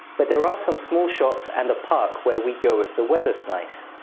but there are some small shops and a park where we go if the weather's nice.